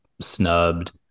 snubbed